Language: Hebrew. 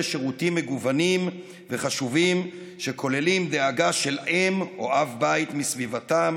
שירותים מגוונים וחשובים שכוללים דאגה של אם בית או אב בית מסביבתם,